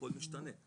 הכול משתנה,